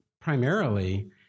primarily